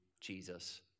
Jesus